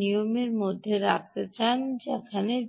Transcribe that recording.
নিয়মের মধ্যে রাখতে চান যেখানে V